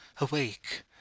awake